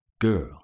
girl